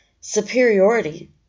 superiority